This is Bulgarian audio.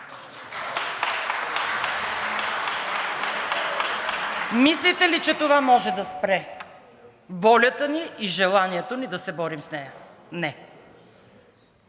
Мислите ли, че това може да спре волята ни и желанието ни да се борим с нея? Не!